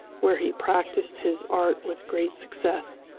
where he practiced his art with great success,